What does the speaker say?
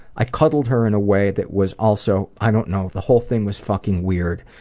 i cuddled her in a way that was also, i don't know. the whole thing was fucking weird.